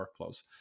workflows